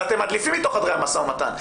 ואתם מדליפים מתוך חדרי המשא ומתן.